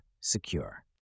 secure